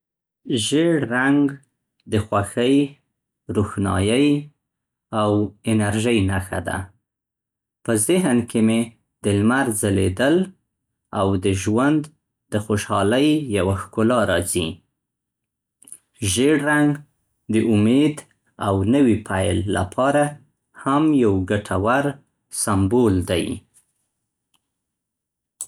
ژیړ رنګ د خوښۍ، روښنايۍ او انرژۍ نښه ده. په ذهن کې مې د لمر ځلیدل او د ژوند د خوشحالۍ یوه ښکلا راځي. ژیړ رنګ د امید او نوي پیل لپاره هم یو ګټور سمبول دی.